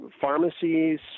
pharmacies